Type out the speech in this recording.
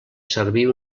servir